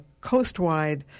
coastwide